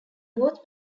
both